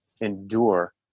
endure